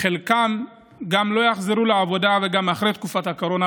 חלקם גם לא יחזרו לעבודה גם אחרי תקופת הקורונה,